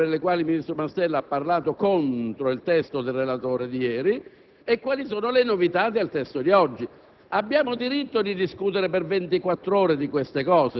Ho pensato che, evidentemente, il ministro Mastella avesse parlato in dissenso radicale nei confronti del provvedimento, e questo poneva un problema di maggioranza politica e di contenuto, da cui lo stralcio.